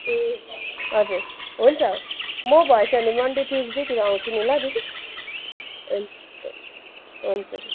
ए हजुर हुन्छ म भएछ भने मन्डे ट्युसडेतिर आउँछु नि ल दिदी हुन्छ हुन्छ दिदी